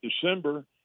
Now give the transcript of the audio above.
December